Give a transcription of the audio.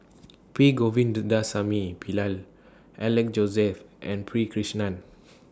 P Govindasamy Pillai Alex Josey and P Krishnan